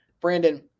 Brandon